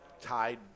tied